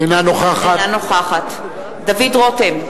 אינה נוכחת דוד רותם,